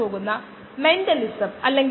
ഇത് ഒരു a priori ചെയ്യുന്നത് നല്ലതാണ്